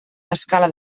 escala